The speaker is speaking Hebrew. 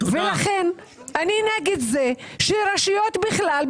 אני נגד זה שרשויות בכלל,